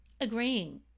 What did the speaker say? agreeing